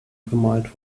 bemalt